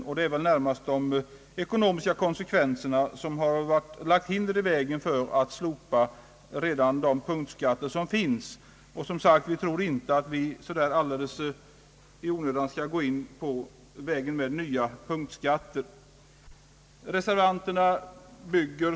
Det är närmast de ekonomiska konsekvenserna som har lagt hinder i vägen för ett slopande av de punktskatter som finns. Utskottet anser därför, som sagt, inte att vi på nytt bör gå in för punktskatter.